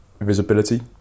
visibility